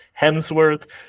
Hemsworth